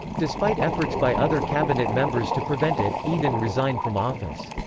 despite efforts by other cabinet members to prevent it, eden resigned from office.